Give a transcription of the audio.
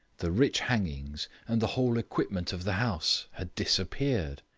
the rich hangings, and the whole equipment of the house had disappeared.